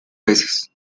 peces